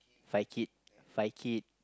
Fai kid Fai kid